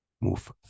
move